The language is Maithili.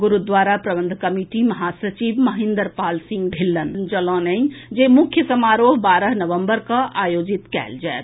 गुरूद्वारा प्रबंध कमिटी महासचिव महिन्द्र पाल सिंह ढिल्लन जनौलनि जे मुख्य समारोह बारह नवम्बर कैँ आयोजित कयल जायत